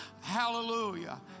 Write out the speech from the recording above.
Hallelujah